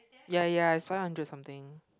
ya ya it's five hundred something